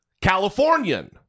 Californian